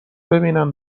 ببینن